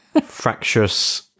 fractious